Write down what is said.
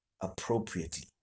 appropriately